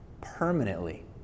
permanently